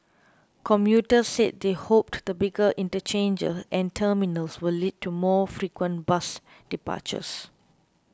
commuters said they hoped the bigger interchanges and terminals will lead to more frequent bus departures